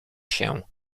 się